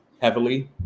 heavily